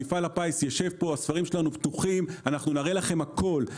הספרים שלנו פתוחים ונראה לכם הכול,